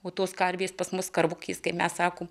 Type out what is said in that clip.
o tos karvės pas mus karvukės kaip mes sakom